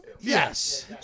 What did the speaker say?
Yes